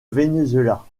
venezuela